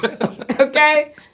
okay